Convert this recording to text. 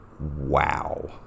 Wow